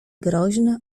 groźne